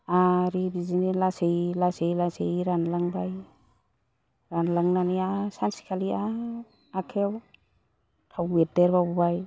आरो बिदिनो लासै लासै लासै लासै रानलांबाय रानलांनानै आरो सानसेखालि आरो आखाइआव थाव बेरदेरबावबाय